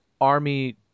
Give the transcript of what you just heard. army